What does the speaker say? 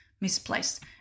misplaced